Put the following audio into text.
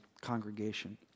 congregation